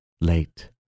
Late